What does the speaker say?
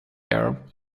air